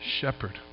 shepherd